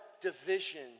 division